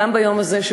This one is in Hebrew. גם ביום הזה,